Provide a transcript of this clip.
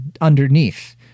underneath